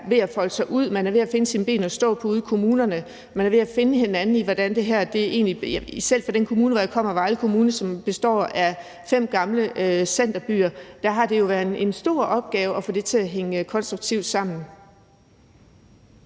ved at folde sig ud – man er ved at finde sine ben at stå på ude i kommunerne, man er ved at finde hinanden i det her. Selv for den kommune, jeg kommer fra, Vejle Kommune, som består af fem gamle centerbyer, har det jo været en stor opgave at få det til at hænge konstruktivt sammen.